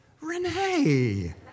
Renee